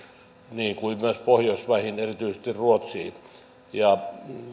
niin kuin myös pohjoismaihin erityisesti ruotsiin jo